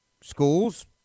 Schools